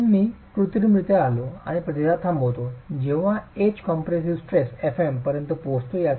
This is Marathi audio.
म्हणून मी कृत्रिमरित्या आलो आणि प्रतिसाद थांबवितो तेव्हा एज कंप्रेसिव स्ट्रेस fm पर्यंत पोहोचतो